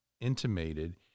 intimated